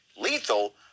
lethal